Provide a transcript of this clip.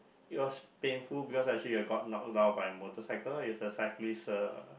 because painful because actually I got knocked down by a motorcycle is a cyclist uh